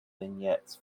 vignettes